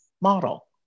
model